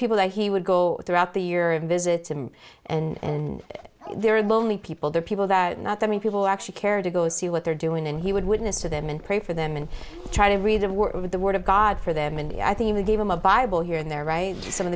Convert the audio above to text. people that he would go throughout the year and visit him and there are lonely people there are people that not that many people actually care to go see what they're doing and he would witness to them and pray for them and try to read of the word of god for them and i think he gave them a bible here and there are some of